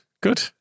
Good